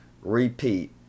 repeat